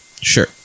Sure